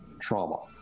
trauma